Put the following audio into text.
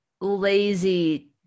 lazy